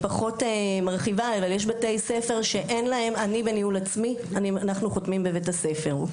אני בניהול עצמי, אנחנו חותמים בבית הספר.